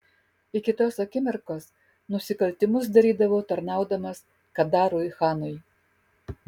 iki tos akimirkos nusikaltimus darydavau tarnaudamas kadarui chanui